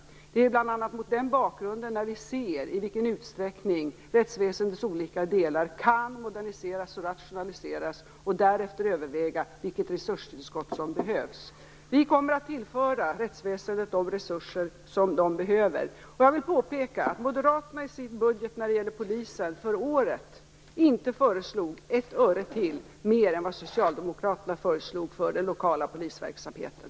Vi ser i vilken utsträckning rättsväsendets olika delar kan moderniseras och rationaliseras och därefter överväger vi vilket resurstillskott som behövs. Vi kommer att tillföra rättsväsendet de resurser som de behöver. Jag vill påpeka att moderaterna i sin budget för året, när det gäller polisen, inte föreslog ett öre mer än vad socialdemokraterna föreslog för den lokala polisverksamheten.